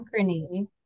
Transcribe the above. synchrony